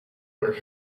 were